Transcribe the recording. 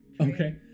Okay